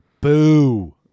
Boo